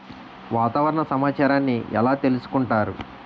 వాతావరణ సమాచారాన్ని ఎలా తెలుసుకుంటారు?